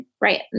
right